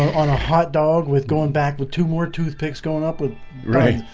on a hotdog with going back with two more toothpicks going up with right?